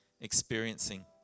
experiencing